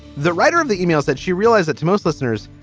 the writer of the e-mails that she realized that to most listeners,